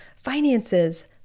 finances